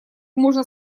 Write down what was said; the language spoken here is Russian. можно